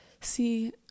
see